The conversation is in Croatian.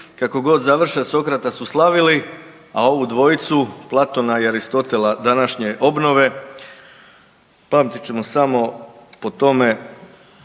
kako god završe Sokrata su slavili, a ovu dvoju Platona i Aristotela današnje obnove pamtit ćemo samo po tome